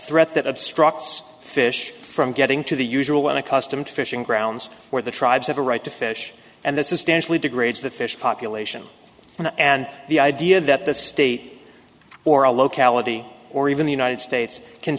threat that obstructs fish from getting to the usual and accustomed to fishing grounds where the tribes have a right to fish and this is densely degrades the fish population and and the idea that the state or a locality or even the united states can